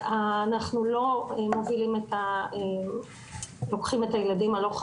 אנחנו לא מובילים או לוקחים את הילדים הלוך חזור,